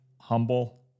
humble